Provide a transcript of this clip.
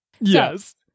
Yes